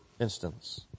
instance